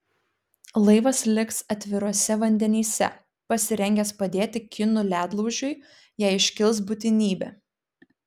laivas liks atviruose vandenyse pasirengęs padėti kinų ledlaužiui jei iškils būtinybė